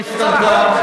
היא לא השתנתה.